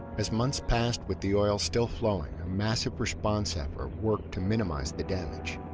as months passed with the oil still flowing, a massive response effort worked to minimize the damage.